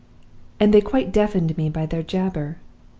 and they quite deafened me by their jabber.